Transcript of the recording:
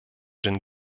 den